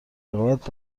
رقابت